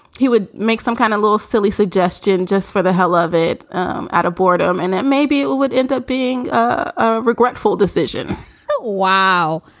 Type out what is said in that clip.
he would make some kind of little silly suggestion just for the hell of it out of boredom and that maybe it would end up being a regretful decision wow.